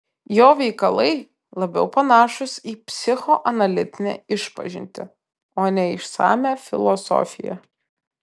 jo veikalai labiau panašūs į psichoanalitinę išpažintį o ne į išsamią filosofiją